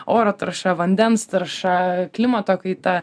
oro tarša vandens tarša klimato kaita